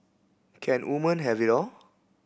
can women have it all